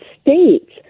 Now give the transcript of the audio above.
States